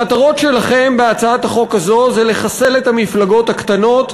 המטרות שלכם בהצעת החוק הזו זה לחסל את המפלגות הקטנות,